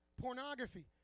pornography